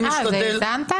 אה, והאזנת?